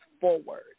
forward